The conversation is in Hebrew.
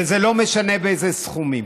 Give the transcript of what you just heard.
וזה לא משנה באיזה סכומים.